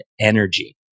energy